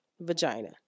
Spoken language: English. vagina